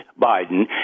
Biden